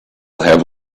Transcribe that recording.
have